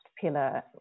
pillar